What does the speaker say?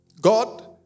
God